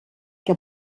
que